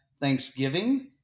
Thanksgiving